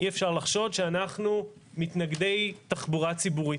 אי אפשר לחשוד שאנחנו מתנגדי תחבורה ציבורית.